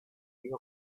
dijo